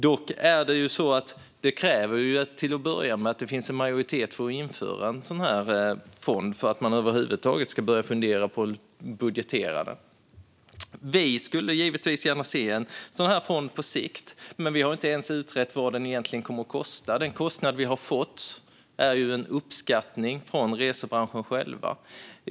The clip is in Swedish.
Men för att man över huvud taget ska börja fundera på att budgetera för den krävs det att det till att börja med finns en majoritet för att införa en sådan fond. Vi skulle gärna se en sådan fond på sikt. Men vi har inte ens utrett vad den skulle komma att kosta. Den kostnad vi har fått uppgift om är en uppskattning från resebranschen själva.